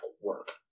work